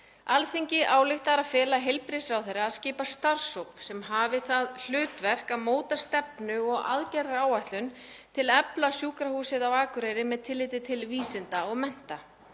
„Alþingi ályktar að fela heilbrigðisráðherra að skipa starfshóp sem hafi það hlutverk að móta stefnu og aðgerðaáætlun til að efla Sjúkrahúsið á Akureyri með tilliti til vísinda og mennta.